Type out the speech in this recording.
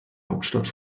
hauptstadt